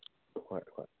ꯍꯣꯏ ꯍꯣꯏ